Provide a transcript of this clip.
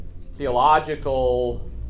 theological